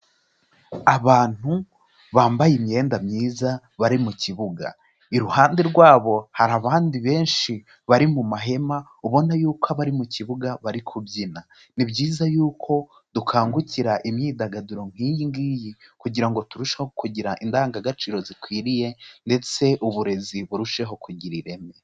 Abantu bambaye imyenda myiza bari mu kibuga, iruhande rwabo hari abandi benshi bari mu mahema ubona yuko abari mu kibuga bari kubyina. Ni byiza yuko dukangukira imyidagaduro nk'iyi ngiyi kugira ngo turusheho kugira indangagaciro zikwiriye ndetse uburezi burusheho kugira ireme.